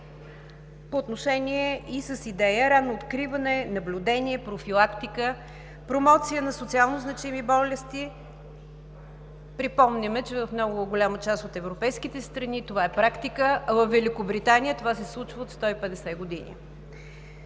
по отношение и с идея ранно откриване, наблюдение, профилактика, промоция на социалнозначими болести. Припомняме, че в много голяма част от европейските страни това е практика, а във Великобритания това се случва от 150 години.